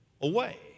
away